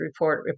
report